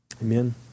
Amen